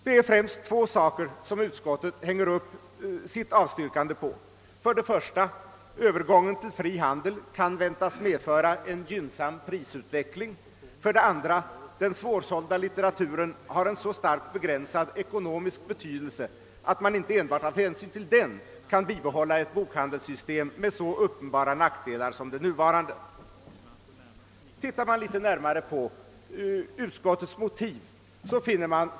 Det är främst två faktorer som utskottet hänger upp sitt avstyrkande på: för det första att övergången till fri handel kan väntas medföra en gynnsam prisutveckling och för det andra att den svårsålda litteraturen ekonomiskt spelar en så obetydlig roll, att man inte enbart av hänsyn till den kan bibehålla ett bokhandelssystem med så uppenbara nackdelar som det nuvarande. Om man ser litet närmare på utskottets motiv finner man bla.